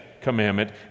commandment